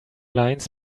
lines